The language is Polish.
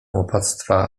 opactwa